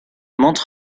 mantes